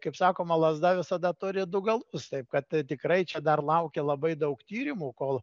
kaip sakoma lazda visada turi du galus taip kad tikrai čia dar laukia labai daug tyrimų kol